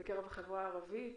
בקרב החברה הערבית.